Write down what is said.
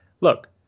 look